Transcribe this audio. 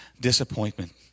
Disappointment